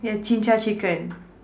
yeah Jinja-chicken